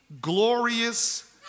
glorious